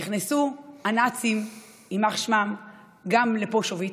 נכנסו הנאצים יימח שמם גם לפושוביץ,